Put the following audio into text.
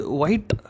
white